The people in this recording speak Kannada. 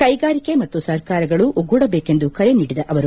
ಕೈಗಾರಿಕೆ ಮತ್ತು ಸರ್ಕಾರಗಳು ಒಗ್ಗೂಡಬೇಕೆಂದು ಕರೆ ನೀಡಿದ ಅವರು